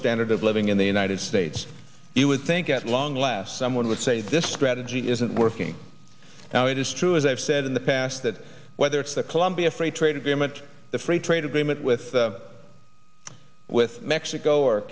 standard of living in the united states you would think at long last someone would say this strategy isn't working now it is true as i've said in the past that whether it's the colombia free trade agreement the free trade agreement with with mexico or